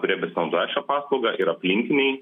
kurie besinaudoja šia paslauga ir aplinkiniai